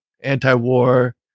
Anti-war